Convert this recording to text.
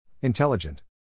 Intelligent